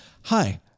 hi